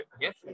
Yes